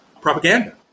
propaganda